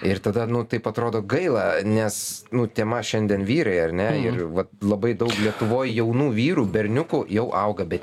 ir tada nu taip atrodo gaila nes nu tema šiandien vyrai ar ne ir va labai daug lietuvoj jaunų vyrų berniukų jau auga be